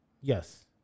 Yes